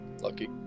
Lucky